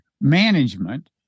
management